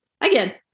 again